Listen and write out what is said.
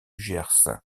gers